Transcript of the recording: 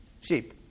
sheep